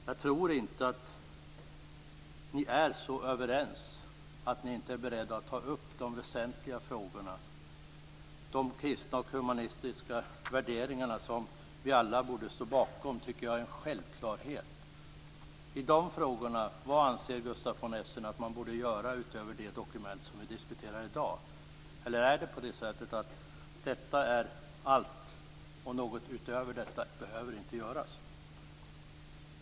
Jag tror inte att Moderaterna är så överens att ni inte är beredda att ta upp de väsentliga frågorna, de kristna och humanistiska värderingar som vi alla borde stå bakom. Det tycker jag är en självklarhet. Vad anser Gustaf von Essen att man borde göra i dessa frågor utöver det som framgår i det dokument som vi diskuterar i dag? Eller är detta allt? Behöver inte något utöver detta göras?